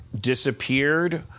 disappeared